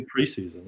preseason